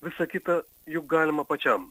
visa kita juk galima pačiam